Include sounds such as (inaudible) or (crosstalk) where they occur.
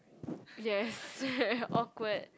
yes (noise) awkward